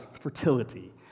fertility